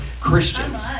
christians